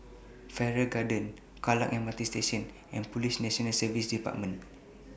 Farrer Garden Kallang M R T Station and Police National Service department